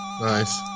Nice